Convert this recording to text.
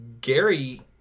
Gary